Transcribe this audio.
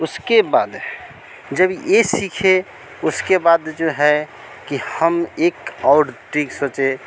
उसके बाद है जब यह सीखे उसके बाद जो है कि हम एक और देख सोचे